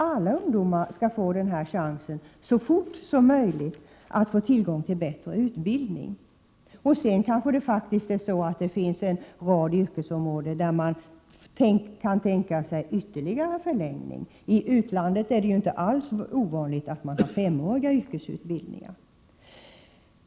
Alla ungdomar borde få tillgång till bättre utbildning så fort som möjligt. På en rad yrkesområden kanske utbildningen kan bli ytterligare förlängd. I utlandet är det ju inte alls ovanligt med femåriga yrkesutbildningar.